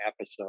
episode